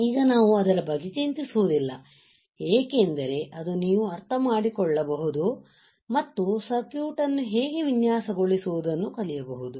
ಈಗ ನಾವು ಅದರ ಬಗ್ಗೆ ಚಿಂತಿಸುವುದಿಲ್ಲ ಏಕೆಂದರೆ ಅದು ನೀವು ಅರ್ಥಮಾಡಿಕೊಳ್ಳಬಹುದಾದ ಮತ್ತು ಸರ್ಕ್ಯೂಟ್ ಅನ್ನು ಹೇಗೆ ವಿನ್ಯಾಸಗೊಳಿಸುವುದನ್ನು ಕಲಿಯಬಹುದು